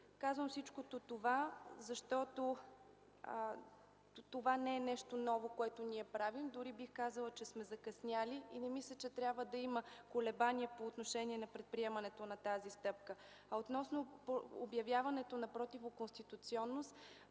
Казвам всичко това, защото не е нещо ново, което ние правим, дори бих казала, че сме закъснели и не мисля, че трябва да има колебание по отношение на предприемането на тази стъпка. Относно обявяването на противоконституционност